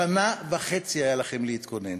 שנה וחצי היו לכם להתכונן,